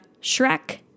Shrek